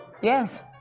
Yes